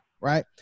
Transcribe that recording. right